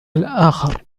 الآخر